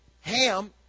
Ham